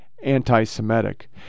anti-Semitic